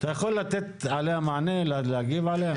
אתה יכול לתת עליה מענה, להגיב עליה?